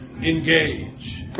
engage